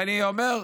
ואני אומר,